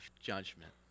judgment